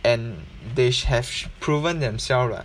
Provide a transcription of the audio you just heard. and they have proven themselves lah